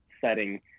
setting